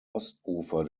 ostufer